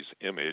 image